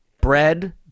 Bread